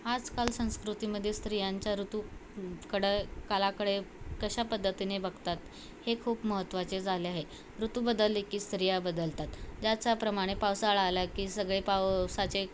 आजकाल संस्कृतीमध्ये स्त्रियांच्या ऋतूकडं कालाकडे कशा पद्धतीने बघतात हे खूप महत्त्वाचे झाले आहे ऋतू बदलले की स्त्रिया बदलतात ज्याचाप्रमाणे पावसाळा आला की सगळे पावसाचे